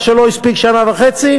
מה שלא הספיקו בשנה וחצי,